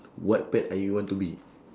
what pet are you want to be